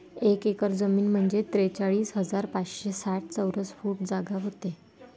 एक एकर जमीन म्हंजे त्रेचाळीस हजार पाचशे साठ चौरस फूट जागा व्हते